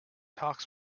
talk